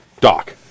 Doc